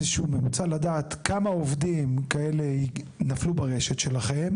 איזה שהוא ממוצע לדעת כמה עובדים כאלה נפלו ברשת שלכם